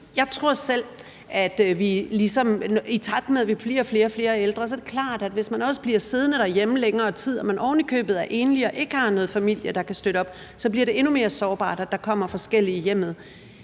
den slags. I takt med at vi bliver flere og flere ældre, er det klart, at hvis man også bliver siddende derhjemme længere tid og man ovenikøbet er enlig og ikke har noget familie, der kan støtte op, så bliver det endnu mere sårbart, at der kommer forskellige folk i hjemmet.